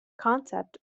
concept